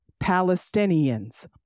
Palestinians